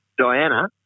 Diana